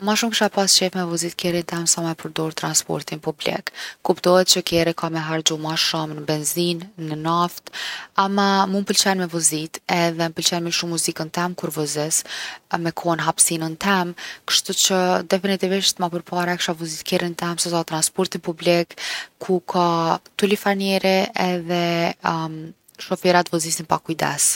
Ma shumë kisha pas qef me vozit kerrin tem se sa me përdor transportin public. Kuptohet që kerri ka me harxhu ma shumë n’benzinë, n’naftë, ama mu m’pëlqen me vozit edhe m’pëlqen me lshu muzikën tem kur vozis, me kon n’hapsinën tem. Kshtuqë definitivisht ma përpara kisha vozit kerrin tem se sa transporti public ku ka tulifar njeri edhe shoferat vozisin pa kujdes.